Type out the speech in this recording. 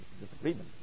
disagreement